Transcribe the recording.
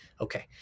Okay